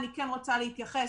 אני כן רוצה להתייחס.